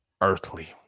Earthly